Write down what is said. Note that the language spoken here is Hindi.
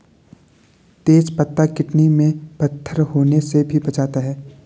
तेज पत्ता किडनी में पत्थर होने से भी बचाता है